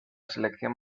selección